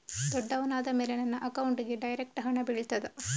ದೊಡ್ಡವನಾದ ಮೇಲೆ ನನ್ನ ಅಕೌಂಟ್ಗೆ ಡೈರೆಕ್ಟ್ ಹಣ ಬೀಳ್ತದಾ?